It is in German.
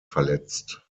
verletzt